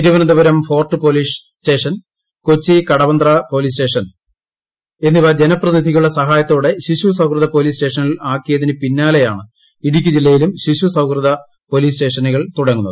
Thiruvananthapuram fort police station Kochi Kadavanthra police station എന്നിവ ജനപ്രതിനിധികളുടെ സഹായത്തോടെ ശിശു സൌഹൃദ പോലീസ് സ്റ്റേഷനുകൾ ആക്കിയതിന് പിന്നാലെയാണ് ഇടുക്കി ജില്ലയിലും ശിശുസൌഹൃദ പോലീസ് സ്റ്റേഷനുകൾ തുടങ്ങുന്നത്